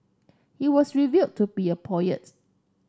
he was revealed to be a poets